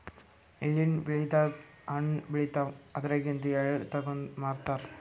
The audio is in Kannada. ಎಳ್ಳಿನ್ ಬೆಳಿದಾಗ್ ಹಣ್ಣ್ ಬೆಳಿತಾವ್ ಅದ್ರಾಗಿಂದು ಎಳ್ಳ ತಗದು ಮಾರ್ತಾರ್